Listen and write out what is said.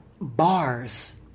Bars